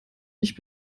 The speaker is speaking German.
ich